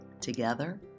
together